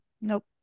Nope